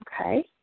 Okay